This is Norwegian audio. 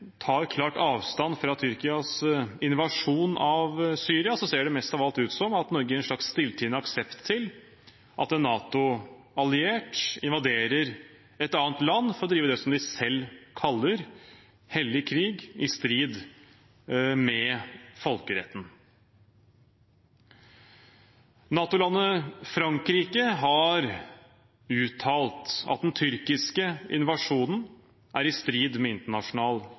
tar avstand fra Tyrkias invasjon av Syria, ser det mest av alt ut som om Norge gir en slags stilltiende aksept til at en NATO-alliert invaderer et annet land for å drive det som de selv kaller hellig krig, i strid med folkeretten. NATO-landet Frankrike har uttalt at den tyrkiske invasjonen er i strid med internasjonal